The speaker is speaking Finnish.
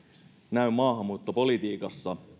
näy maahanmuuttopolitiikassa